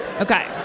Okay